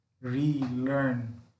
relearn